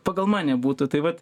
pagal mane būtų tai vat